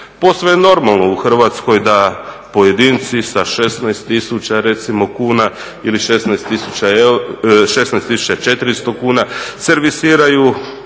Posve je normalno u Hrvatskoj da pojedinci sa 16 000 recimo kuna